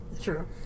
True